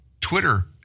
Twitter